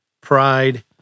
pride